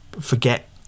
forget